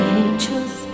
angels